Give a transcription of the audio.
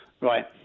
Right